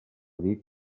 dic